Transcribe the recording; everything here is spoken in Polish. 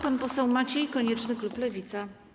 Pan poseł Maciej Konieczny, klub Lewica.